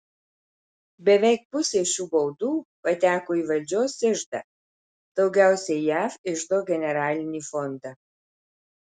beveik pusė šių baudų pateko į valdžios iždą daugiausiai jav iždo generalinį fondą